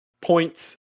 points